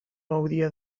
gaudia